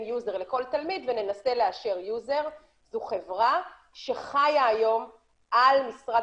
יוזר לכל תלמיד וננסה לאשר יוזר' זו חברה שחיה היום על משרד